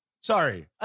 Sorry